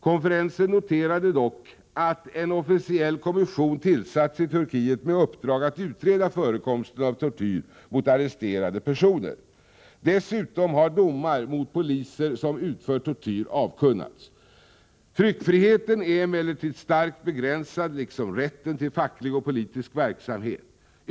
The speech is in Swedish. Konferensen noterade dock att en officiell kommission tillsatts i Turkiet med uppdrag att utreda förekomsten av tortyr mot arresterade personer. Dessutom har domar mot poliser som utfört tortyr avkunnats. Tryckfriheten är emellertid starkt begränsad liksom rätten till facklig och politisk verksamhet.